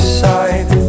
side